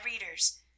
readers